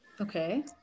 Okay